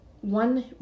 one